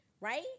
right